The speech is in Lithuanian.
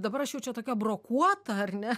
dabar aš jau čia tokia brokuota ar ne